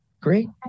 great